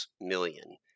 million